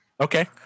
Okay